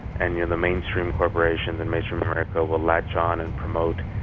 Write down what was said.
and you're the mainstream corporation that mainstream america will latch on and promote,